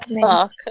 Fuck